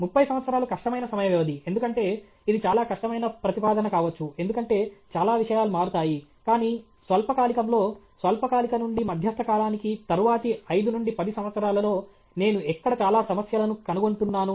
30 సంవత్సరాలు కష్టమైన సమయ వ్యవధి ఎందుకంటే ఇది చాలా కష్టమైన ప్రతిపాదన కావచ్చు ఎందుకంటే చాలా విషయాలు మారుతాయి కానీ స్వల్పకాలికంలో స్వల్పకాలిక నుండి మధ్యస్థ కాలానికి తరువాతి 5 నుండి 10 సంవత్సరాలలో నేను ఎక్కడ చాలా సమస్యలను కనుగొంటున్నాను